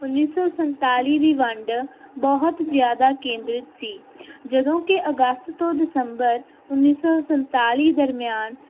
ਉਨੀ ਸੌ ਸੰਤਾਲੀ ਦੀ ਵੰਡ ਬਹੁਤ ਜ਼ਿਆਦਾ ਕੇਂਦਰਿਤ ਸੀ ਜਦੋਂ ਕਿ ਅਗਸਤ ਤੋਂ ਦਸੰਬਰ ਉਨੀ ਸੌ ਸੰਤਾਲੀ ਦਰਮਿਆਨ